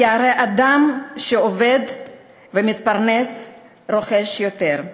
כי הרי אדם שעובד ומתפרנס רוכש יותר.